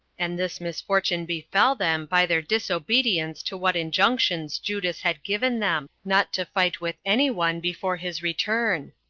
and this misfortune befell them by their disobedience to what injunctions judas had given them, not to fight with any one before his return.